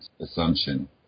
assumption